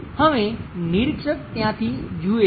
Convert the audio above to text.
હવે નિરીક્ષક ત્યાંથી જુએ છે